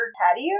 patio